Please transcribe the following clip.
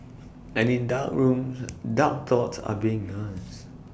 and in dark rooms dark thoughts are being nursed